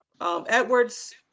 Edwards